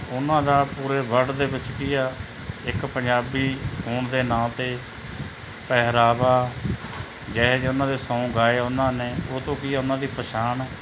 ਉਹਨਾਂ ਦਾ ਪੂਰੇ ਵਰਲਡ ਦੇ ਵਿੱਚ ਕੀ ਆ ਇੱਕ ਪੰਜਾਬੀ ਹੋਣ ਦੇ ਨਾਂ 'ਤੇ ਪਹਿਰਾਵਾ ਜਿਹੋ ਜੇ ਉਹਨਾਂ ਦੇ ਸੌਗ ਗਾਏ ਉਹਨਾਂ ਨੇ ਉਹ ਤੋਂ ਕੀ ਉਹਨਾਂ ਦੀ ਪਛਾਣ